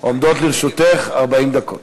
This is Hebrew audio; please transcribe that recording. עומדות לרשותך 40 דקות.